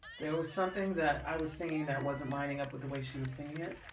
there was something that i was singing that wasn't lining up with the way she was singing it